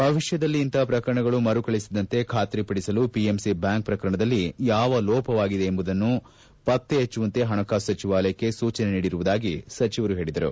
ಭವಿಷ್ನದಲ್ಲಿ ಇಂತಪ ಪ್ರಕರಣಗಳು ಮರುಕಳಿಸದಂತೆ ಖಾತರಿಪಡಿಸಲು ಪಿಎಂಸಿ ಬ್ಲಾಂಕ್ ಪ್ರಕರಣದಲ್ಲಿ ಯಾವ ಲೋಪವಾಗಿದೆ ಎಂಬುದನ್ನು ಪತ್ತೆ ಹಚ್ಚುವಂತೆ ಹಣಕಾಸು ಸಚಿವಾಲಯಕ್ಕೆ ಸೂಚನೆ ನೀಡಿರುವುದಾಗಿ ಸಚಿವರು ಹೇಳಿದರು